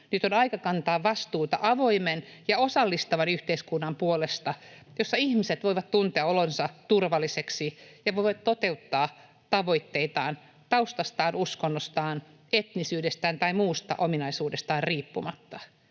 Nyt on aika kantaa vastuuta avoimen ja osallistavan yhteiskunnan puolesta, jossa ihmiset voivat tuntea olonsa turvalliseksi ja voivat toteuttaa tavoitteitaan taustastaan, uskonnostaan, etnisyydestään tai muusta ominaisuudestaan riippumatta.